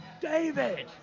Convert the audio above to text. david